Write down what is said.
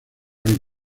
hay